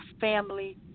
family